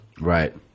right